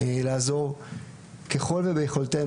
לעזור ככל יכולתם,